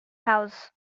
house